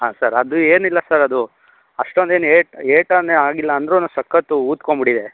ಹಾಂ ಸರ್ ಅದು ಏನಿಲ್ಲ ಸರ್ ಅದು ಅಷ್ಟೊಂದೇನು ಏಟು ಏಟೇನೂ ಆಗಿಲ್ಲಂದ್ರೂನು ಸಖತ್ತು ಊದ್ಕೊಂಡ್ಬಿಟ್ಟಿದೆ